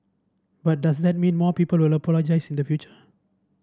but does that mean more people will apologise in the future